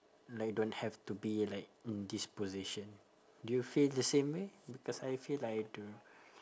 like don't have to be like in this position do you feel the same way because I feel like I do